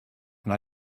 and